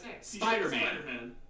Spider-Man